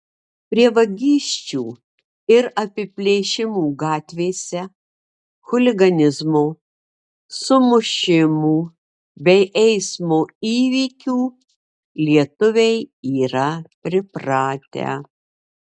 prie vagysčių ir apiplėšimų gatvėse chuliganizmo sumušimų bei eismo įvykių lietuviai yra pripratę